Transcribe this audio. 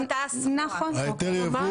נכון.